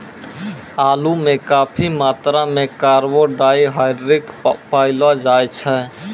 आलू म काफी मात्रा म कार्बोहाइड्रेट पयलो जाय छै